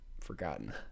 forgotten